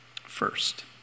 First